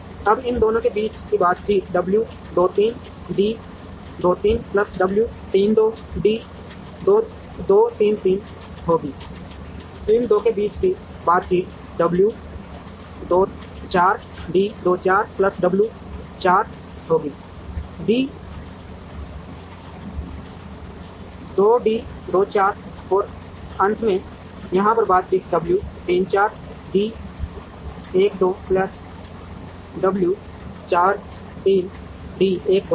अब इन दोनों के बीच की बातचीत w 2 3 d 2 3 plus w 3 2 d 2 3 3 होगी इन 2 के बीच की बातचीत w 2 4 d 2 4 plus w 4 होगी 2 d 2 4 और अंत में यहाँ पर बातचीत w 3 4 d 1 2 plus w 4 3 d 1 2 होगी